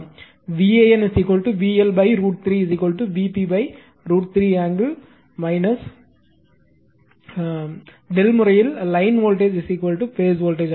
VAN VL √ 3 Vp √3 angle Δ முறையில் line voltage phase voltage